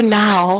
now